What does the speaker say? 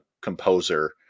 composer